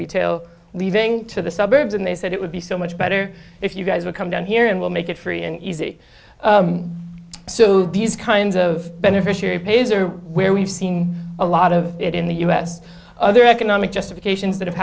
retail leaving to the suburbs and they said it would be so much better if you guys would come down here and we'll make it free and easy so these kinds of beneficiary pays are where we've seen a lot of it in the us other economic justification that ha